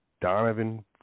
Donovan